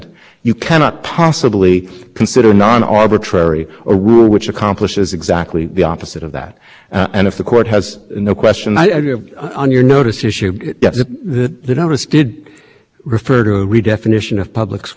multiple rules but it cited one rule and that was the rule that that defined public switch network they say because they had the citation to the rule in a footnote we should have anticipated that they might amend it they don't actually tell us that we should